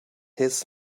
his